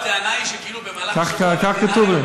הטענה היא שכאילו במהלך השבוע, כך כתוב לי.